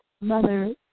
Mother